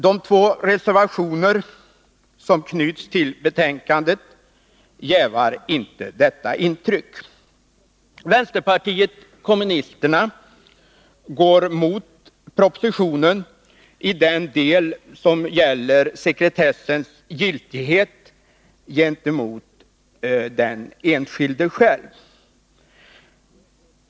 De två reservationer som knyts till betänkandet jävar inte detta intryck. Vänsterpartiet kommunisterna går mot propositionen i den del som gäller sekretessens giltighet gentemot den enskilde.